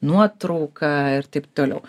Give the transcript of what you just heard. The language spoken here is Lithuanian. nuotrauka ir taip toliau